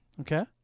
Okay